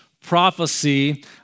prophecy